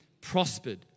prospered